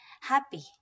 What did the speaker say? happy